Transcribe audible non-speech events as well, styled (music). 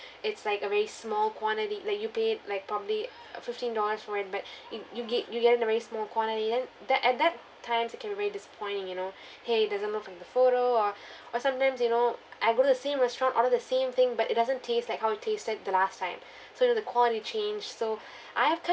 it's like a very small quantity like you paid like probably uh fifteen dollars for it but (breath) you you get you get in a very small quantity than that at that times it can be very disappointing you know (breath) !hey! it doesn't look in the photo or (breath) or sometimes you know I go to same restaurant order the same thing but it doesn't taste like how it tasted the last time so the the quality change so (breath) I have